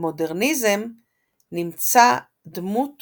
במודרניזם נמצא דמות